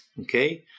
okay